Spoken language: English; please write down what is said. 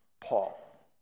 Paul